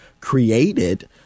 created